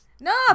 No